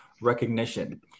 recognition